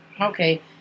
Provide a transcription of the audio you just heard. Okay